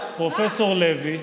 אומר פרופ' לוי,